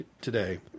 today